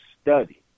study